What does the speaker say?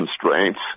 constraints